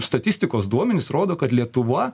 statistikos duomenys rodo kad lietuva